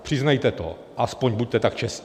Přiznejte to, aspoň buďte tak čestní.